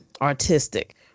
artistic